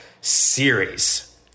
Series